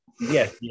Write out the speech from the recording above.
Yes